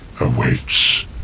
awaits